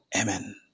Amen